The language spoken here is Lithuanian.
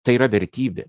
tai yra vertybė